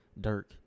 Dirk